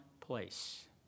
place